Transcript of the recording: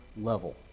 level